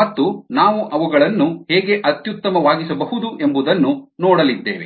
ಮತ್ತು ನಾವು ಅವುಗಳನ್ನು ಹೇಗೆ ಅತ್ಯುತ್ತಮವಾಗಿಸಬಹುದು ಎಂಬುದನ್ನು ನೋಡಲಿದ್ದೇವೆ